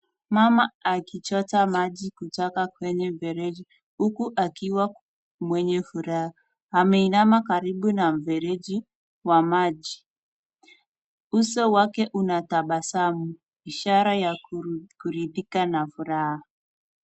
Mama akichota maji kutoka kwenye mfereji huku akiwa mwenye furaha ameinama karibu na mfereji wa maji. Uso wake una tabasamu ishara ya kuridhika na furaha.